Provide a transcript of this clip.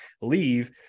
leave